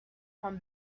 from